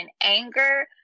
anger